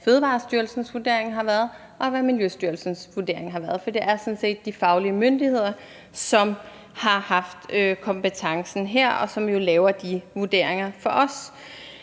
Fødevarestyrelsens vurdering har været, og hvad Miljøstyrelsens vurdering har været. For det er sådan set de faglige myndigheder, som har haft kompetencen her, og som jo laver de vurderinger for os.